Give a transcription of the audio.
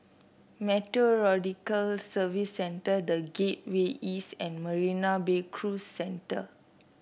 Meteorological Services Centre The Gateway East and Marina Bay Cruise Centre